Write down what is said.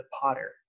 potter